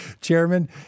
chairman